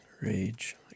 Rage